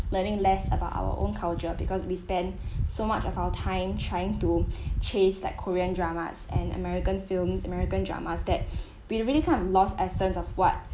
learning less about our own culture because we spend so much of our time trying to chase like korean dramas and american films american drama that we really kind of lost essence of what